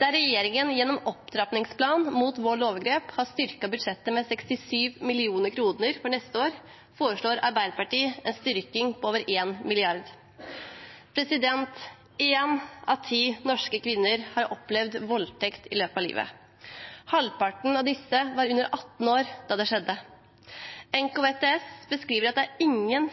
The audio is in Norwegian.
Der regjeringen gjennom opptrappingsplanen mot vold og overgrep har styrket budsjettet med 67 mill. kr for neste år, foreslår Arbeiderpartiet en styrking på over 1 mrd. kr. Én av ti norske kvinner har opplevd voldtekt i løpet av livet. Halvparten av disse var under 18 år da det skjedde. NKVTS – Nasjonalt kunnskapssenter om vold og traumatisk stress – beskriver at det ikke er noen